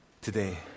today